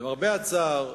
למרבה הצער,